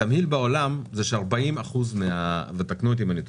התמהיל בעולם זה ש-40 אחוז ותקנו אותי אם אני טועה,